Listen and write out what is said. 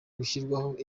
gushyirwaho